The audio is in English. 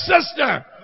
sister